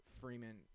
Freeman